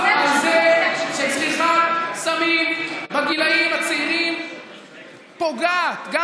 אין ויכוח על זה שצריכת סמים בגילים הצעירים פוגעת גם